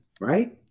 right